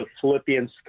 Philippians